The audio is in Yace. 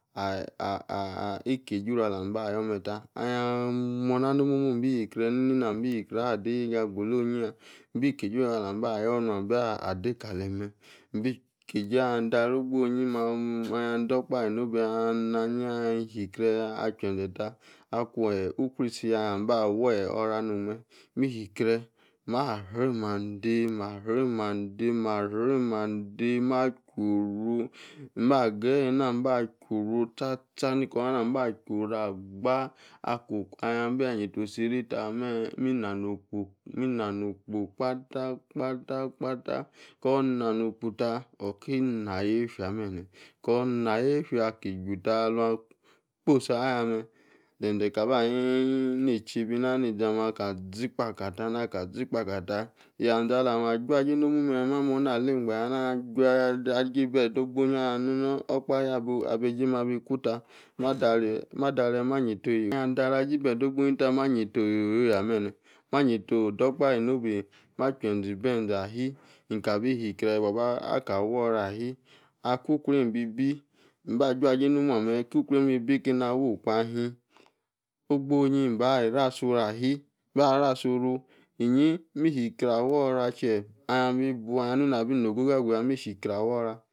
Ayi-ah-ah-ah ikeijei oru-alam-ba yor-meh tah. ahian mor-nah no-moɔhmu imbi-hi-kreh nini nambi e-hikreh ah-dei-yeiga gbolo-onyi yah. imbi kejei oru-alam bah yor nuabu dei kalem meh. imbi-kejei. han-dareh ogbonyi. mammah-dor-okpahe-nobe. ah-hn nah-anyi. ahin-hikreh ah-juew-ze tah. akueh-ukruor-isi-yah. ah-h a bah worah-no'meh. mi-hi-kreh. mah-hre mandei. mah-hre mandei. mah-hre mandei. mah-juoru. mba-geyi. namba juora tcha-tcha. niko-nona. mba-juoru. agbaah. akun. ahia-bah nyeito siri-tah. mina-nokpo. minano'h okpo. kpata-kpata-kpata. kor-nah-okpo tah. oki-na-yefia beneh. kot-nah-yefia aki-ju tah. aluan kposi-ah-yah-meh. zen-zen kabanini. nei-echeibi-nah. nizameh aka-zi kpaka tah. na-kazi kpakatah. yazen alamah juajei no-mormu meh. mah morna-laei-gba-yah-nah. ah-jua dareh aji bed ogbo-onyi. han-nuni okpahe. abu. abei-jeim abi kuta mah-dareh, mah-dareh mah nyeito. hia dareh aji bed ogbonyi-tah mah nyeito. oyo yo yah benneh. mah-nyeito dor-okpahe nobe. mah jueze ibi-zeni ahi. inkabi hikreh aka-worah ahi. aku-kruemi bi. mba-juajei noh-mua meh. kukrueim imbi kaeima wokpo ahin. ogbo-onyi mba-rasom ahi bah-rasoru. inyi mi-hikreh aworahi chie ahan bi bu anu hia nu-na bi no-go-go aguyah. mishikreh arowah